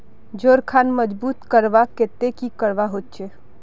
जोड़ खान मजबूत करवार केते की करवा होचए?